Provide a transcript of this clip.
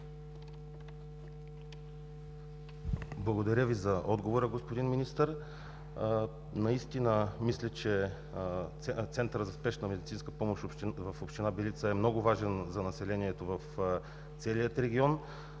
Благодаря Ви за отговора, господин Министър. Мисля, че Центърът за спешна медицинска помощ в община Белица е много важен за населението в целия регион.